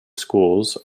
schools